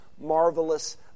marvelous